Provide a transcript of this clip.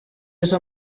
bise